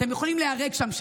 אתם יכולים להיהרג שם,